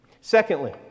Secondly